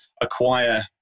acquire